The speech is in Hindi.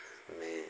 में